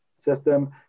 system